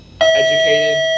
educated